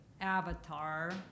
avatar